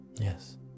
Yes